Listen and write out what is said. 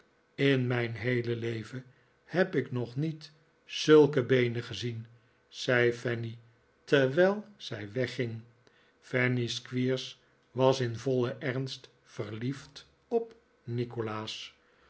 in mijn heele leven heb ik nog niet zulke beenen gezien zei fanny terwijl zij wegging fanny squeers was in vollen ernst verliefd op nikolaas